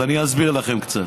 אז אני אסביר לכם קצת.